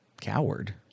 Coward